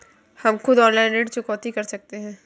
हम खुद ऑनलाइन ऋण चुकौती कैसे कर सकते हैं?